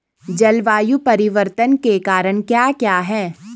जलवायु परिवर्तन के कारण क्या क्या हैं?